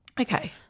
Okay